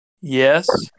yes